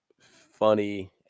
funny